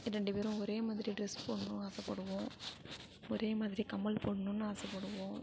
ரெண்டு பேரும் ஒரே மாதிரி டிரெஸ் போட்ணுன்னு ஆசைப்படுவோம் ஒரே மாதிரி கம்மல் போடணுன்னு ஆசைப்படுவோம்